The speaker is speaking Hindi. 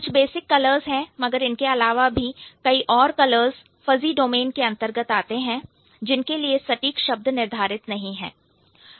कुछ बेसिक कलर्स है मगर इनके अलावा भी कई और कलर्स फज़ी डोमेन के अंतर्गत आते हैं जिनके लिए सटीक शब्द निर्धारित नहीं है